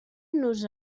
nos